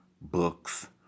books